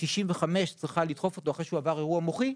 ה-65 צריכה לדחוף אותו אחרי שהוא עבר אירוע מוחי,